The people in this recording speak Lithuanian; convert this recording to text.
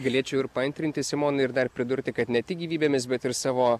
galėčiau ir paantrinti simonai ir dar pridurti kad ne tik gyvybėmis bet ir savo